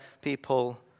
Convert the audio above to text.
people